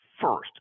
First